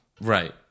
Right